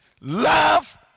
Love